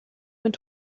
mit